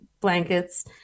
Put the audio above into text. blankets